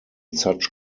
such